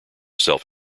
self